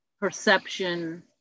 perception